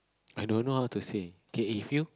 i don't know how to say K if you